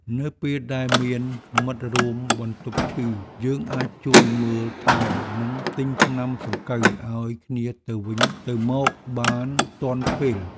នៅពេលដែលមានមិត្តរួមបន្ទប់ឈឺ យើងអាចជួយមើលថែ និងទិញថ្នាំសង្កូវឱ្យគ្នាទៅវិញទៅមកបានទាន់ពេល។